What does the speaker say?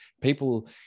people